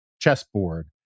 chessboard